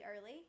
early